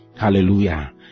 Hallelujah